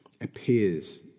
appears